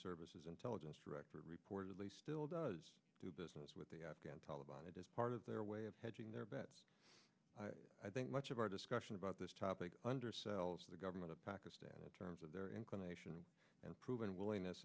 services intelligence director reportedly still does do business with the afghan taliban it is part of their way of hedging their bets i think much of our discussion about this topic undersells the government of pakistan in terms of their inclination and proven willingness